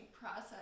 process